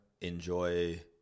enjoy